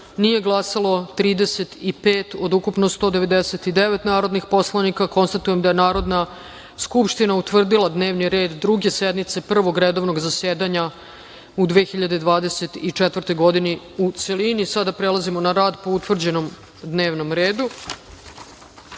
nije glasalo 35 od ukupno 199 narodnih poslanika. Konstatujem da je Narodna skupština utvrdila dnevni red Druge sednice Prvog redovnog zasedanja u 2024. godini, u celini.D n e v n i r e d:1. Predlog